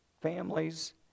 families